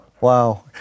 Wow